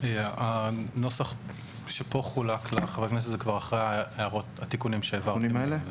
הנוסח שחולק פה הוא כבר אחרי התיקונים שהעברתם.